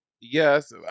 Yes